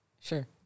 sure